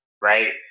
right